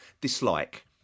dislike